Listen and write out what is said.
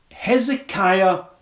Hezekiah